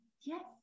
Yes